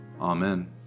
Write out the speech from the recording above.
Amen